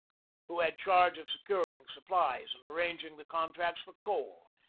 who had charge of securing supplies and arranging the contracts for coal.